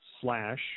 slash